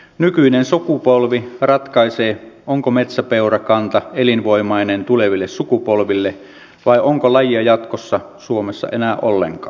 nykyinen sukupolvi ratkaisee onko metsäpeurakanta elinvoimainen tuleville sukupolville vai onko lajia jatkossa suomessa enää ollenkaan